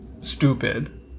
stupid